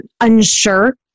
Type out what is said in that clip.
unsure